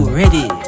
ready